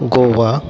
Goa